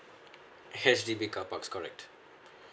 H_D_B carparks correct